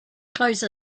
close